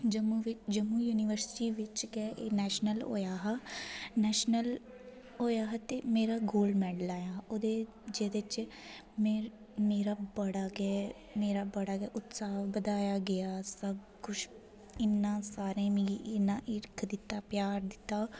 जम्मू बिच जम्मू यूनिवर्सिटी बिच गै एह् नेशनल होया नेशनल होया हा ते मेरा गोल्ड मेडल आया हा ओह्दे जेह्दे च मेरा मेरा बड़ा गै मेरा बड़ा गै उत्साह बधाया गेआ सब कुछ इ'न्ना सारें मिगी इन्ना हिरख दित्ता प्यार दित्ता